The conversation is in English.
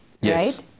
yes